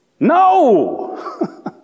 No